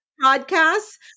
podcasts